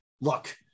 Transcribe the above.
look